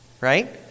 Right